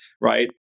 right